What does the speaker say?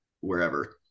wherever